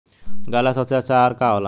गाय ला सबसे अच्छा आहार का होला?